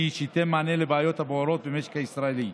שייתן מענה לבעיות הבוערות במשק הישראלי.